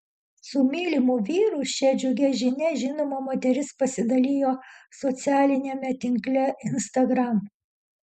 su mylimu vyru šia džiugia žinia žinoma moteris pasidalijo socialiniame tinkle instagram